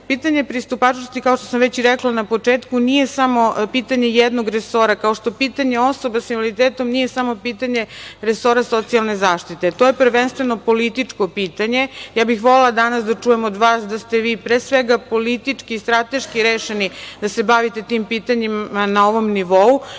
pitanje pristupačnosti, kao što sam već rekla na početku, nije samo pitanje jednog resora, kao što pitanje osoba sa invaliditetom nije samo pitanje resora socijalne zaštite. To je prvenstveno političko pitanje. Ja bih volela danas da čujem od vas da ste vi pre svega politički i strateški rešeni da se bavite tim pitanjima na ovom nivou,